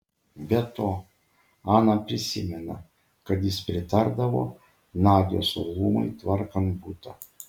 be to ana prisimena kad jis pritardavo nadios uolumui tvarkant butą